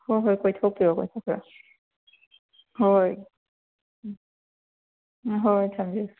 ꯍꯣꯏ ꯍꯣꯏ ꯍꯣꯏ ꯀꯣꯏꯊꯣꯛꯄꯤꯔꯛꯑꯣ ꯀꯣꯏꯊꯣꯛꯄꯤꯔꯛꯑꯣ ꯍꯣꯏ ꯎꯝ ꯍꯣꯏ ꯍꯣꯏ ꯊꯝꯖꯔꯦ